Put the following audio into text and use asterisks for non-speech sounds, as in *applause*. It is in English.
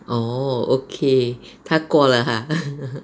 orh okay 他过了 !huh! *laughs*